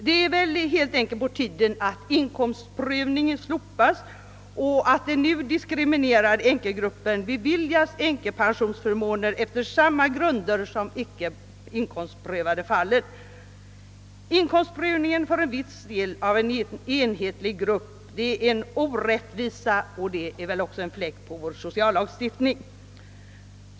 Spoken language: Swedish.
Det är på tiden att inkomstprövningen slopas och att den nu diskriminerade gruppen beviljas änkepensionsförmåner efter samma grunder som de icke inkomstprövade fallen. Inkomstprövning för en viss del av en enhetlig grupp är en orättvisa och en fläck på vår sociallagstiftning.